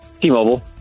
T-Mobile